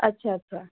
अच्छा अच्छा